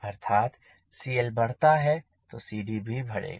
अर्थात CLबढ़ता है तो CD भी बढ़ेगा